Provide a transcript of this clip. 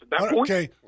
Okay